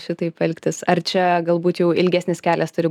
šitaip elgtis ar čia galbūt jau ilgesnis kelias turi